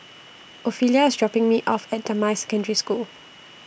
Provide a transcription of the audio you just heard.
Ofelia IS dropping Me off At Damai Secondary School